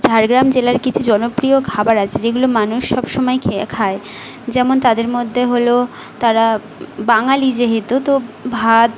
ঝাড়গ্রাম জেলার কিছু জনপ্রিয় খাবার আছে যেগুলো মানুষ সবসময় খেয়ে খায় যেমন তাদের মধ্যে হল তারা বাঙালি যেহেতু তো ভাত